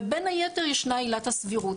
ובין היתר ישנה עילת הסבירות,